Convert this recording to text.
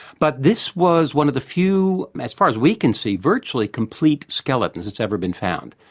but this was one of the few, as far as we can see, virtually complete skeletons that's ever been found.